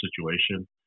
situation